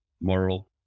moral